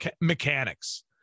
mechanics